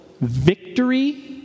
victory